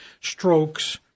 strokes